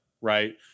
right